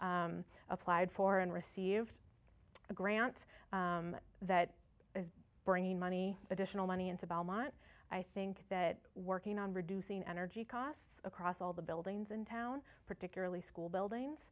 applied for and received a grant that is bringing money additional money into belmont i think that working on reducing energy costs across all the buildings in town particularly school buildings